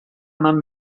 eman